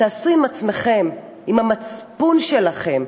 תעשו עם עצמכם, עם המצפון שלכם,